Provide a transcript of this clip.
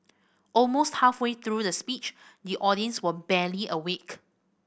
almost halfway through the speech the audience were barely awake